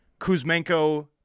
Kuzmenko